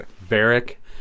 Barrick